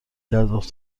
گزاف